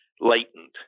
latent